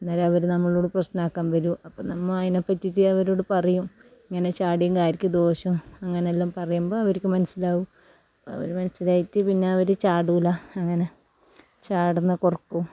അന്നേരം അവർ നമ്മളോട് പ്രശ്നമാക്കാൻ വരും അപ്പം നമ്മ അതിനെ പറ്റിയിട്ട് അവരോട് പറയും ഇങ്ങനെ ചാടീൻകാർക്ക് ദോഷാ അങ്ങനെയെല്ലാം പറയുമ്പം അവർക്ക് മനസ്സിലാകും അവർ മനസ്സിലായിട്ട് പിന്നെ അവർ ചാടില്ല അങ്ങനെ ചാടുന്നത് കുറക്കും